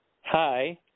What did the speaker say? Hi